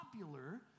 popular